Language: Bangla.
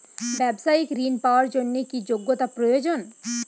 ব্যবসায়িক ঋণ পাওয়ার জন্যে কি যোগ্যতা প্রয়োজন?